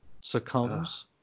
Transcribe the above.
Succumbs